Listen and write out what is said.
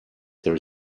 their